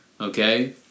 okay